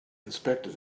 inspected